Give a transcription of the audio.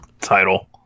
title